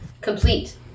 Complete